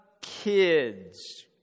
kids